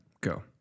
Go